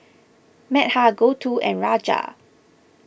Medha Gouthu and Raja